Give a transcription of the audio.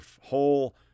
whole